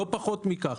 לא פחות מכך.